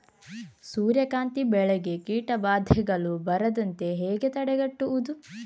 ಸೂರ್ಯಕಾಂತಿ ಬೆಳೆಗೆ ಕೀಟಬಾಧೆಗಳು ಬಾರದಂತೆ ಹೇಗೆ ತಡೆಗಟ್ಟುವುದು?